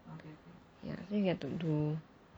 ya then you have to do